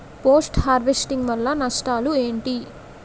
Post harvesting వల్ల నష్టాలు ఏంటి?